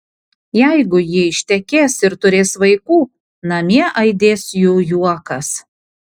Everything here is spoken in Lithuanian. jeigu ji ištekės ir turės vaikų namie aidės jų juokas